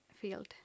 field